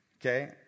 okay